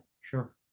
sure